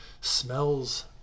smells